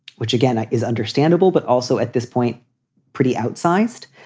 which again is understandable, but also at this point pretty outsized,